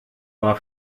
war